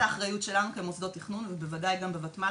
אז יש את האחריות שלנו כמוסדות התכנון ובוודאי גם בוותמ"ל,